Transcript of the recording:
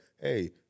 Hey